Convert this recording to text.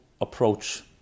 approach